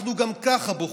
אנחנו גם ככה בוכים,